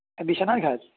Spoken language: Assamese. বিশ্বনাথ ঘাট